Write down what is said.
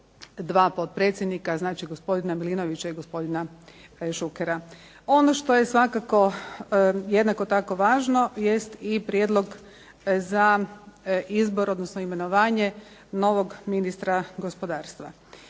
2 potpredsjednika, znači gospodina Milinovića i gospodina Šukera. Ono što je svakako jednako tako važno jest i prijedlog za izbor, odnosno za imenovanje novog ministra gospodarstva.